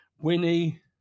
Winnie